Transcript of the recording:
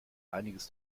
einiges